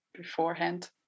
beforehand